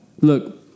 Look